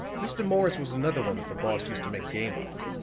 mr. morris was another one that the boss used to make game of.